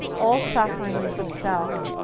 all suffering is of self.